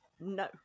no